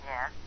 Yes